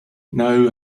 now